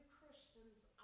Christian's